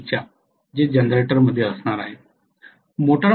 मला जनरेटरमध्ये असणार आहे